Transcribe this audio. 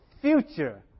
future